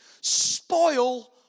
spoil